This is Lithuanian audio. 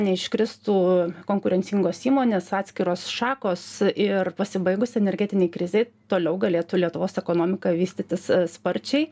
neiškristų konkurencingos įmonės atskiros šakos ir pasibaigus energetinei krizei toliau galėtų lietuvos ekonomika vystytis sparčiai